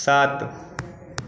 सात